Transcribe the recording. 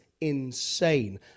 insane